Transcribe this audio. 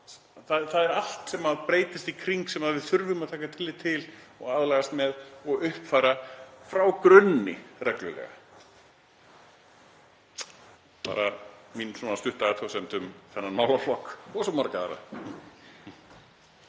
Það er allt sem breytist í kring sem við þurfum að taka tillit til og aðlagast og uppfæra frá grunni reglulega. Þetta er mín stutta athugasemd um þennan málaflokk og svo marga aðra.